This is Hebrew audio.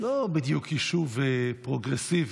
לא בדיוק יישוב פרוגרסיבי.